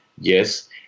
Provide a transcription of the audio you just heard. yes